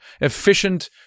efficient